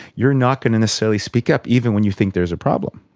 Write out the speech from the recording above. you're not going to necessarily speak up, even when you think there's a problem.